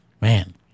man